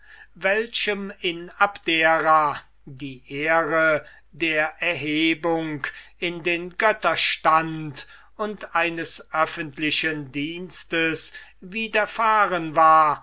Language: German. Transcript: welchem in abdera die ehre der erhebung in den götterstand und eines öffentlichen dienstes widerfahren war